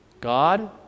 God